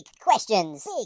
questions